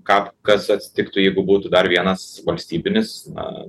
ką kas atsitiktų jeigu būtų dar vienas valstybinis na